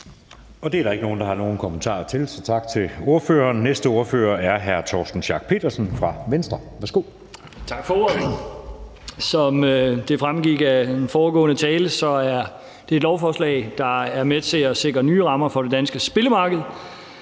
Det er der ikke nogen der har nogen kommentarer til, så tak til ordføreren. Næste ordfører er hr. Torsten Schack Pedersen fra Venstre. Værsgo. Kl. 16:39 (Ordfører) Torsten Schack Pedersen (V): Tak for ordet. Som det fremgik af den foregående tale, er det et lovforslag, der er med til at sikre nye rammer for det danske spilmarked,